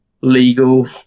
legal